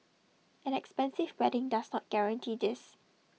an expensive wedding does not guarantee this